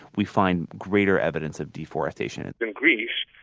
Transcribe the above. we find greater evidence of deforestation in greece,